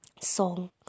song